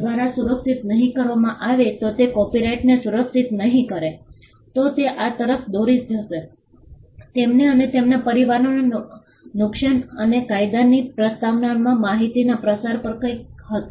દ્વારા સુરક્ષિત નહીં કરવામાં આવે તો તે કોપિરાઇટને સુરક્ષિત નહીં કરે તો તે આ તરફ દોરી જશે તેમને અને તેમના પરિવારોને નુકસાન એની કાયદાની પ્રસ્તાવનામાં માહિતીના પ્રસાર પર પણ કંઈક હતું